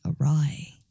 awry